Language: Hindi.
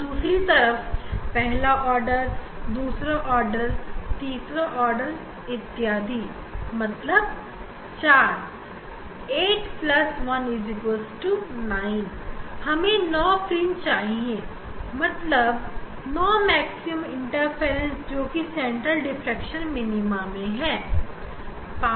और दूसरे तरफ पहला ऑर्डर दूसरा ऑर्डर तीसरा ऑर्डर चौथा ऑर्डर 4 4 8 1 9 हमें 9 fringe चाहिए 9 मैक्सिमा इंटरफेरेंस जोकि सेंट्रल डिफ्रेक्शन मैक्सिमा में है